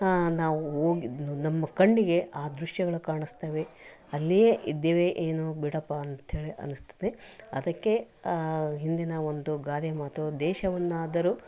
ನಾವು ನಮ್ಮ ಕಣ್ಣಿಗೆ ಆ ದೃಶ್ಯಗಳು ಕಾಣಿಸ್ತವೆ ಅಲ್ಲಿಯೇ ಇದ್ದೇವೆ ಏನೋ ಬಿಡಪ್ಪ ಅಂಥೇಳಿ ಅನ್ನಿಸ್ತದೆ ಅದಕ್ಕೆ ಹಿಂದಿನ ಒಂದು ಗಾದೆ ಮಾತು ದೇಶವನ್ನಾದರೂ